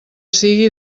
sigui